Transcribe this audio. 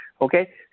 Okay